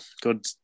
good